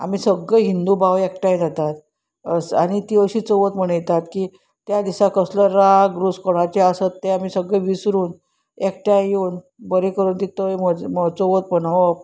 आमी सगळे हिंदू भाव एकठांय जातात आनी ती अशी चवथ मनयतात की त्या दिसा कसलो राग रोस कोणाचे आसत ते आमी सगळे विसरून एकठांय येवन बरें करून ती तय चवथ मनोवप